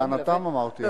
לטענתם, אמרתי.